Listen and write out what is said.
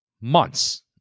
months